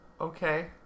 Okay